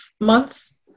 months